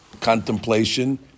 contemplation